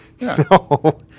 No